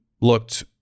looked